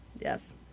Yes